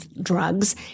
drugs